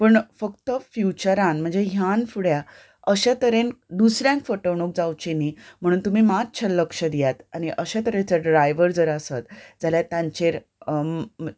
पूण फक्त फ्युचरान म्हणजे ह्यान फुडें अशे तरेन दुसऱ्यांक फटवणूक जावची न्ही म्हणून तुमी मातशें लक्ष दियात आनी अशे तरेन ड्रायव्हर जर आसत जाल्यार तांचेर